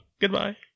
Goodbye